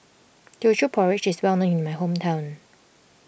Teochew Porridge is well known in my hometown